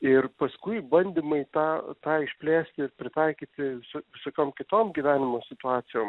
ir paskui bandymai tą tą išplėst ir pritaikyti su sokiom kitom gyvenimo situacijom